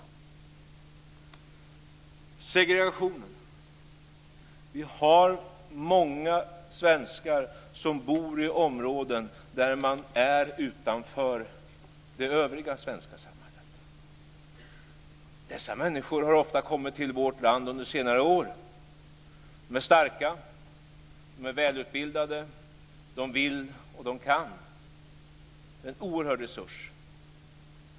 Det fjärde området är segregationen. Vi har många svenskar som bor i områden där man är utanför det övriga svenska samhället. Många av dessa människor har kommit till vårt land under senare år. De är starka, de är välutbildade, de vill och de kan. De är en oerhörd resurs.